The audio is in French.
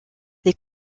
les